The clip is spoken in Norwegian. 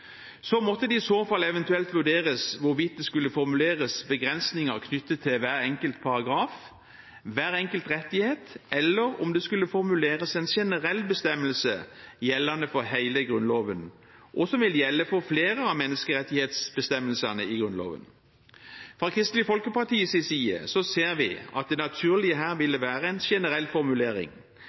Så måtte det i så fall eventuelt vurderes hvorvidt det skulle formuleres begrensninger knyttet til hver enkelt paragraf, hver enkelt rettighet, eller om det skulle formuleres en generell bestemmelse gjeldende for hele Grunnloven, og som vil gjelde for flere av menneskerettighetsbestemmelsene i Grunnloven. Fra Kristelig Folkepartis side ser vi at det naturlige her ville være en generell formulering.